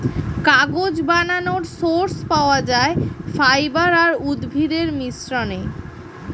কাগজ বানানোর সোর্স পাওয়া যায় ফাইবার আর উদ্ভিদের মিশ্রণে